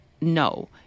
no